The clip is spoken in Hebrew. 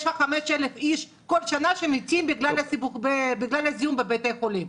יש לך 5,000 איש שמתים כל שנה בגלל זיהום בבתי חולים.